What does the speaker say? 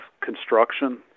construction